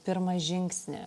pirmą žingsnį